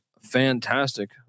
fantastic